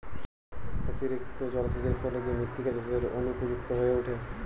অতিরিক্ত জলসেচের ফলে কি মৃত্তিকা চাষের অনুপযুক্ত হয়ে ওঠে?